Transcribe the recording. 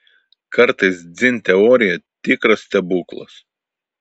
kartais dzin teorija tikras stebuklas